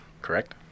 Correct